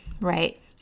Right